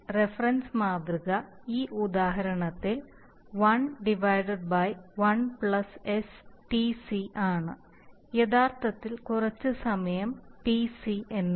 reference മാതൃകഈ ഉദാഹരണത്തിൽ 11STc ആണ് യഥാർത്ഥത്തിൽ കുറച്ച് സമയം T സിഎന്നു